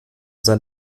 sein